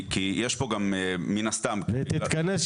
כי יש פה מן הסתם --- תתכנס,